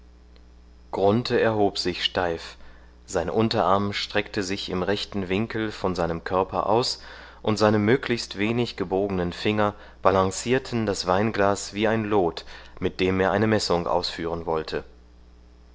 erhob sich steif sein unterarm streckte sich im rechten winkel von seinem körper aus und seine möglichst wenig gebogenen finger balancierten das weinglas wie ein lot mit dem er eine messung ausführen wollte